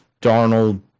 Darnold